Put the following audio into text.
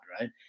right